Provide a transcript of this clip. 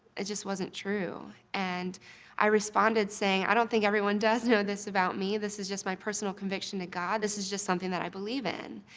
it just wasn't true. and i responded saying, i don't think everyone does know this about me. this is just my personal conviction to god. this is just something i believe in.